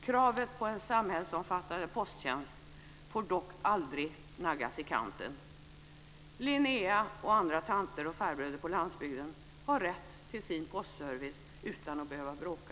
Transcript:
Kravet på en samhällsomfattande posttjänst får dock aldrig naggas i kanten. Linnea och andra tanter och farbröder på landsbygden har rätt till sin postservice utan att behöva bråka.